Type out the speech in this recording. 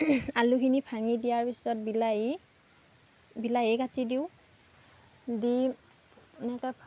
আলুখিনি ভাঙি দিয়াৰ পিছত বিলাহী বিলাহী কাটি দিওঁ দি এনেকৈ